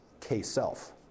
K-Self